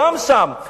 גם שם,